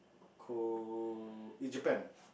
Ko~ in Japan